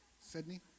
Sydney